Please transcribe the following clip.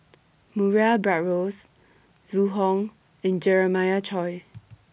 Murray Buttrose Zhu Hong and Jeremiah Choy